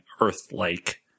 earth-like